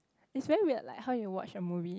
is very weird like how you watch a movie